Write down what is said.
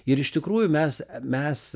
ir iš tikrųjų mes mes